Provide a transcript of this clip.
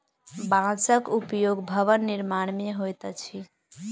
बांसक उपयोग भवन निर्माण मे होइत अछि